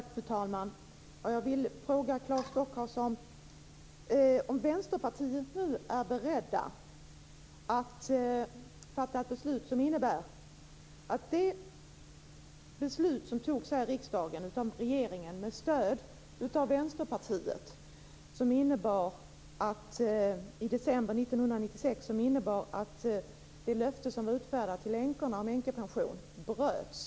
Fru talman! Jag vill fråga Claes Stockhaus om Vänsterpartiet är berett att bidra till ett beslut som innebär att det beslut som togs här i riksdagen i december 1996 med stöd av Vänsterpartiet nu upphävs? Beslutet innebar att det utfärdade löftet om änkepensioner bröts.